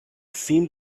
seemed